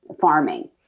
farming